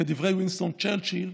כדברי וינסטון צ'רצ'יל,